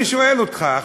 אני שואל אותך.